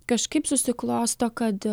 kažkaip susiklosto kad